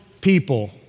people